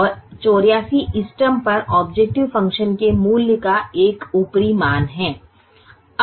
और 84 इष्टतम पर ऑबजेकटिव फ़ंक्शन के मूल्य का एक ऊपरी अनुमान है